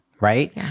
Right